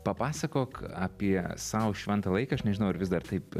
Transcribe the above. papasakok apie sau šventą laiką aš nežinau ar vis dar taip